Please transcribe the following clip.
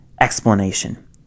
explanation